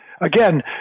Again